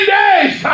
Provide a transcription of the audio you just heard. days